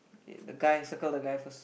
okay the guy circle the guy first